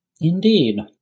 Indeed